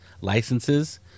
licenses